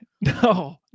No